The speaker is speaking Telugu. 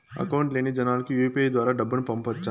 అకౌంట్ లేని జనాలకు యు.పి.ఐ ద్వారా డబ్బును పంపొచ్చా?